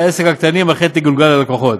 העסק הקטנים אכן תגולגל על הלקוחות.